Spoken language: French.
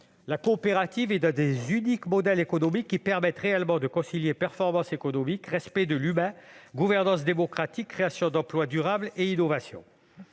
La coopérative est un des uniques modèles économiques qui permette réellement de concilier performance économique, respect de l'humain, gouvernante démocratique, création d'emplois durables et innovation.